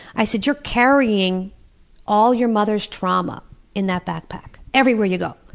i said, you're carrying all your mother's trauma in that backpack, everywhere you go.